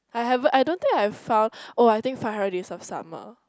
I haven't I don't think I have found oh I think five-hundred-days-of-summer